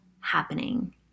happening